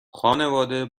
خانواده